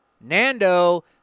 Nando